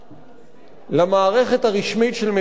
למערכת הרשמית של מדינת ישראל.